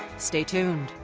stay tuned.